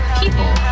people